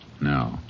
No